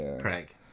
Craig